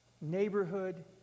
neighborhood